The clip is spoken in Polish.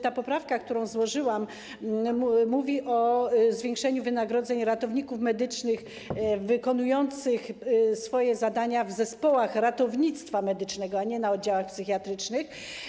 Ta poprawka, którą złożyłam, mówi o zwiększeniu wynagrodzeń ratowników medycznych wykonujących swoje zadania w zespołach ratownictwa medycznego a nie na oddziałach psychiatrycznych.